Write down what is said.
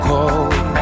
Cold